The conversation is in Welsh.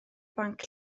banc